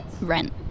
rent